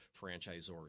franchisors